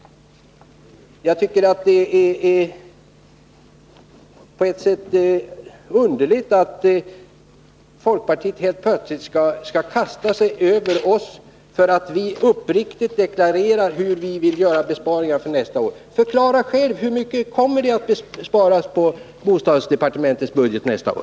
På ett sätt är det underligt att folkpartiet helt plötsligt skall kasta sig över oss för att vi uppriktigt deklarerat hur vi vill göra besparingar för nästa år. Förklara själv: Hur mycket kommer det att sparas inom bostadsdepartementet nästa år?